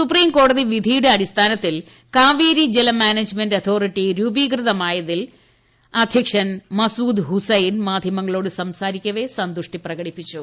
സുപ്രീംകോടതി വിധിയുടെ അടിസ്ഥാനത്തിൽ കാവേരി ജല മാനേജ്മെന്റ് അതോറിട്ടി രൂപീകൃത മായതിൽ സിഡബ്ല്യൂഎംഎ അധ്യക്ഷൻ മസൂദ് ഹുസൈൻ മാധ്യമ ങ്ങളോട് സംസാരിക്കവെ സന്തുഷ്ടി പ്രകടിപ്പിച്ചു